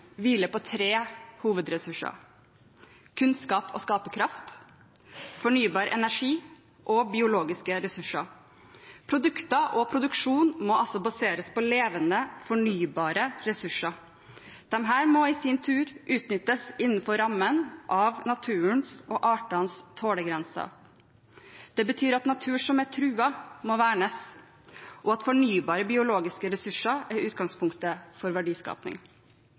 hviler på tre hovedressurser: kunnskap og skaperkraft, fornybar energi og biologiske ressurser. Produkter og produksjon må altså baseres på levende, fornybare ressurser. Disse må i sin tur utnyttes innenfor rammen av naturens og artenes tålegrense. Det betyr at natur som er truet, må vernes, og at fornybare biologiske ressurser er utgangspunktet for